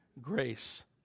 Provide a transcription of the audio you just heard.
grace